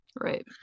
Right